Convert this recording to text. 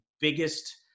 biggest